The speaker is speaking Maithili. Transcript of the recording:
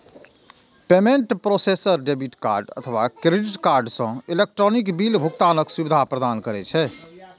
पेमेंट प्रोसेसर डेबिट अथवा क्रेडिट कार्ड सं इलेक्ट्रॉनिक बिल भुगतानक सुविधा प्रदान करै छै